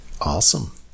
Awesome